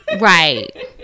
Right